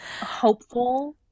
hopeful